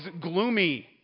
gloomy